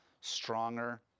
stronger